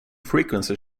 frequency